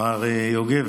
מר יוגב,